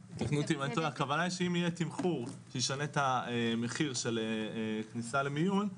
הכוונה היא שאם יהיה תמחור שישנה את המחיר של כניסה למיון,